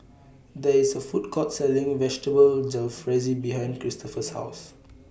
There IS A Food Court Selling Vegetable Jalfrezi behind Cristofer's House